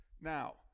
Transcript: now